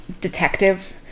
detective